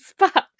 spock